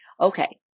Okay